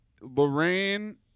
Lorraine